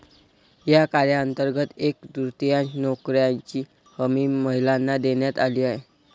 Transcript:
या कायद्यांतर्गत एक तृतीयांश नोकऱ्यांची हमी महिलांना देण्यात आली आहे